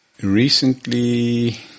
Recently